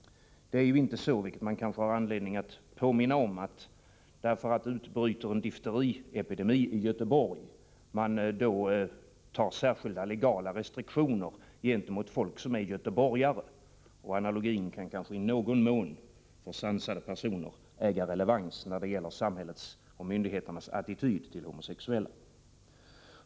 Det är ju inte så, vilket man kan ha anledning att påminna om, att man bara därför att det utbryter en difteriepidemi i Göteborg inför särskilda, legala restriktioner gentemot folk som är göteborgare. Analogin kan kanske i någon mån, för sansade personer, äga relevans när det gäller samhällets och myndigheternas attityd till homosexuella.